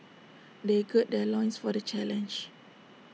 they gird their loins for the challenge